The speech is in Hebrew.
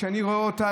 כשאני רואה אותה,